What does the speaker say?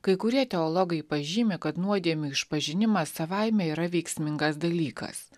kai kurie teologai pažymi kad nuodėmių išpažinimas savaime yra veiksmingas dalykas